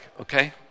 okay